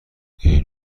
این